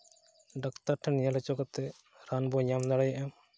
doctor ᱴᱷᱮᱱ ᱧᱮᱞ ᱦᱚᱪᱚ ᱠᱟᱛᱮᱫ ᱨᱟᱱ ᱵᱚᱱ ᱧᱟᱢ ᱫᱟᱲᱮᱭᱟᱜᱼᱟ